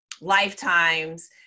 lifetimes